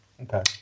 Okay